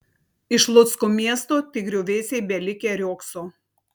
iš lucko miesto tik griuvėsiai belikę riogso